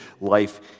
life